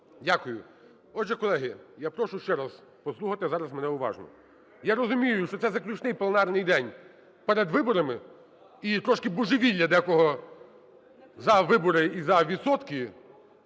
Дякую. Отже, колеги, я прошу ще раз послухати зараз мене уважно. Я розумію, що це заключний пленарний день перед виборами, і трошки божевілля декого за вибори і за відсотки